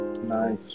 nice